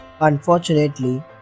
unfortunately